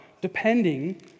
depending